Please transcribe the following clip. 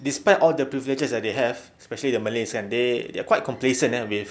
despite all the privileges that they have especially the malays kan they they are quite complacent with